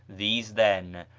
these, then,